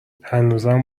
هنوزم